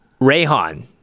Rayhan